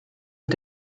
mit